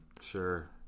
sure